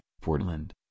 Portland